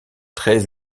très